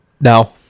No